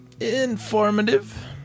informative